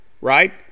right